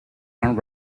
and